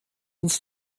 uns